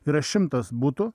yra šimtas butų